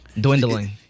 Dwindling